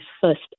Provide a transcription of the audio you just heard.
first